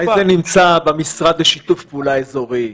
אולי זה נמצא במשרד לשיתוף פעולה אזורי,